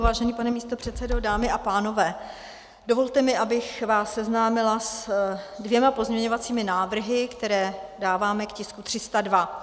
Vážený pane místopředsedo, dámy a pánové, dovolte mi, abych vás seznámila se dvěma pozměňovacími návrhy, které dáváme k tisku 302.